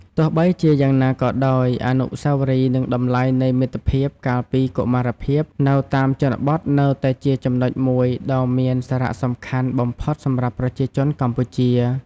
ទោះបីជាយ៉ាងណាក៏ដោយ អនុស្សាវរីយ៍និងតម្លៃនៃមិត្តភាពកាលពីកុមារភាពនៅតាមជនបទនៅតែជាចំណុចមួយដ៏មានសារៈសំខាន់បំផុតសម្រាប់ប្រជាជនកម្ពុជា។